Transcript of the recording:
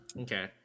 Okay